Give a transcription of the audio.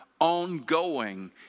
ongoing